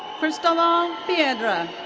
cristobal ah piedra.